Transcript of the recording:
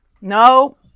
No